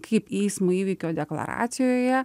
kaip eismo įvykio deklaracijoje